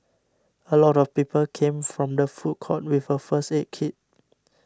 a lot of people came from the food court with a first aid kit